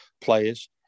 players